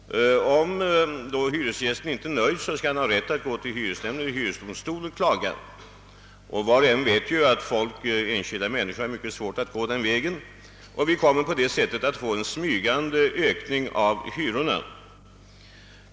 Om hyresgästen inte är nöjd skall han ha rätt att klaga hos hyresnämnd och hyresdomstol. Var och en vet att enskilda människor har mycket svårt att göra det. Vi kommer därför att få en smygande ökning av hyrorna.